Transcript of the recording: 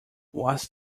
was